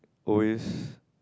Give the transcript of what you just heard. always